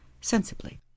sensibly